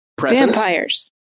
Vampires